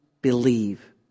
believe